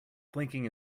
blinking